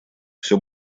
всё